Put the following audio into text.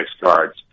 cards